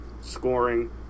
scoring